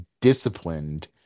disciplined